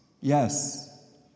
yes